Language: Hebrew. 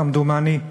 כמדומני.